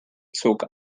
zog